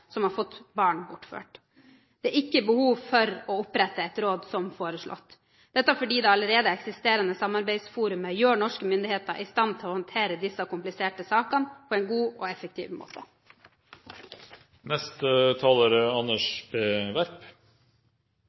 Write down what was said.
som har fått barn bortført. Det er ikke behov for å opprette et råd som foreslått – dette fordi det allerede eksisterende samarbeidsforumet gjør norske myndigheter i stand til å håndtere disse kompliserte sakene på en god og effektiv måte.